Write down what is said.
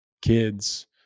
kids